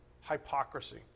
hypocrisy